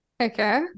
Okay